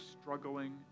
struggling